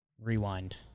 rewind